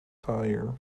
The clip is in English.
tyre